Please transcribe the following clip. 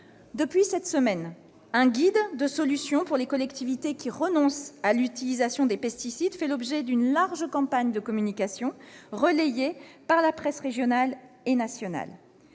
Depuis cette semaine, un guide de solutions pour les collectivités qui renoncent à l'utilisation des pesticides fait l'objet d'une large campagne de communication relayée par la presse régionale et nationale.